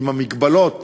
עם המגבלות